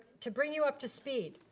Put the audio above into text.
to bring you up to speed,